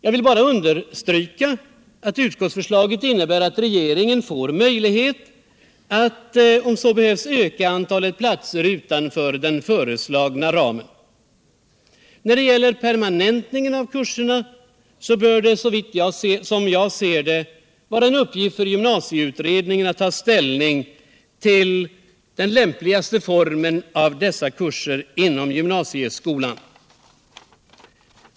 Jag vill också understryka att utskottets förslag innebär att regeringen får möjlighet att om så behövs öka antalet platser utöver den föreslagna ramen. När det gäller permanentningen av kurserna bör det, som jag ser det, vara en uppgift för gymnasieutredningen att ta ställning till den lämpligaste formen för dessa kurser inom gymnasieskolan.